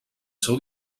seu